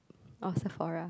or Sephora